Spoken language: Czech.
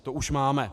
To už máme.